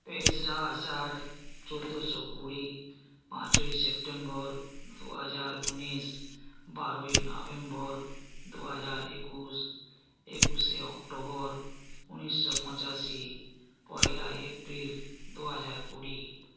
তেসরা আষাঢ় চোদ্দশো কুড়ি পাঁচই সেপ্টেম্বর দু হাজার উনিশ বারোই নভেম্বর দু হাজার একুশ একুশে অক্টোবর উনিশশো পঁচাশি পয়লা এপ্রিল দু হাজার কুড়ি